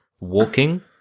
walking